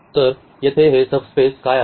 तर येथे हे सब स्पेस काय आहेत